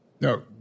No